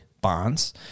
bonds